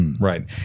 right